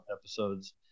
episodes